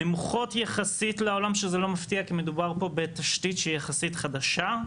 נמוכות יחסית לעולם שזה לא מפתיע כי מדובר פה בתשתית שהיא יחסית חדשה.